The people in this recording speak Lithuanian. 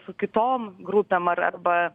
su kitom grupėm ar arba